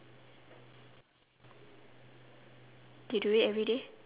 you do it everyday